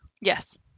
Yes